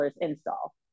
install